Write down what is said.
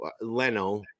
Leno